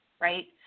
right